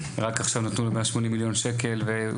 רק עכשיו נתנו לו 180 מיליון שקל והוא